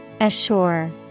Assure